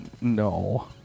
No